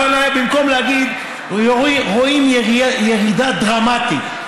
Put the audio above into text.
אבל במקום להגיד: רואים ירידה דרמטית,